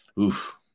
oof